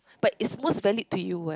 but it's most valued to you eh